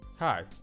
Hi